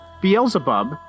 Beelzebub